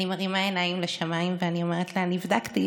אני מרימה עיניים לשמיים ואני אומרת לה: נבדקתי,